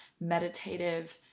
meditative